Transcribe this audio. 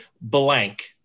blank